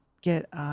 get